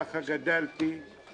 ככה גדלתי,